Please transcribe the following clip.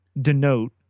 denote